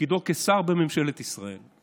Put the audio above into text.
בתפקידו כשר בממשלת ישראל.